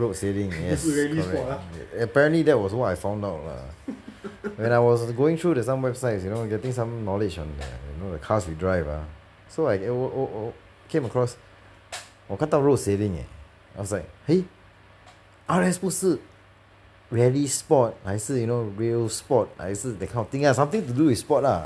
road sailing yes correct apparently that was what I found out lah when I was going through the some websites you know getting some knowledge on that the cars we drive ah so I then o~ o~ o~ o~ came across 我看到 road sailing eh I was like eh R_S 不是 rallisports 还是 you know real sport 还是 that kind of thing ah something to do with sport ah